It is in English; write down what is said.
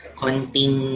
konting